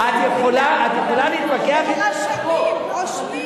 הם רשמים, רושמים.